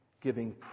giving